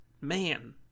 man